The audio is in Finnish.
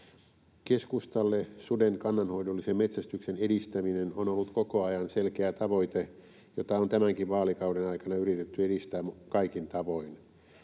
Keskustalle suden kannanhoidollisen metsästyksen edistäminen on ollut koko ajan selkeä tavoite, jota on tämänkin vaalikauden aikana yritetty edistää kaikin tavoin.